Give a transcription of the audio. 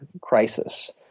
crisis